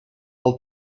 pel